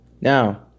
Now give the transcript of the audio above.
Now